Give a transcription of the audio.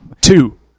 Two